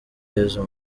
yesu